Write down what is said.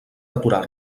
aturar